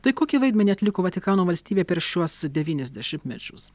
tai kokį vaidmenį atliko vatikano valstybė per šiuos devynis dešimtmečius